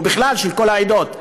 ובכלל של כל העדות.